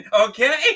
okay